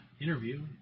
interview